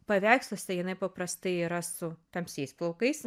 paveiksluose jinai paprastai yra su tamsiais plaukais